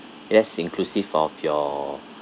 yes inclusive of your